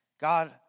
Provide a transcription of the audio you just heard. God